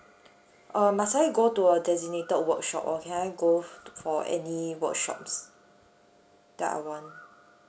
err must I go to a designated workshop or can I go for any workshops that I want